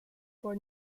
for